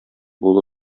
булу